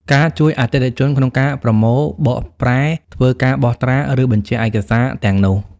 ការជួយអតិថិជនក្នុងការប្រមូល បកប្រែ ធ្វើការបោះត្រា ឬបញ្ជាក់ឯកសារទាំងនោះ។